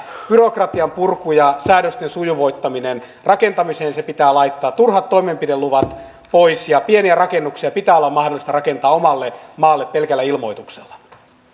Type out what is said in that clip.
byrokratian purku ja säädösten sujuvoittaminen rakentamiseen se pitää laittaa turhat toimenpideluvat pois ja pieniä rakennuksia pitää olla mahdollista rakentaa omalle maalle pelkällä ilmoituksella